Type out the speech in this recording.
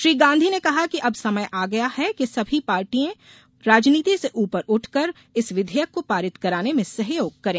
श्री गांधी ने कहा कि अब समय आ गया है कि सभी पार्टी राजनीति से उपर उठकर इस विधेयक को पारित कराने में सहयोग करें